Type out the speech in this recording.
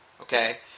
Okay